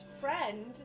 friend